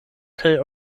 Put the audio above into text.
kaj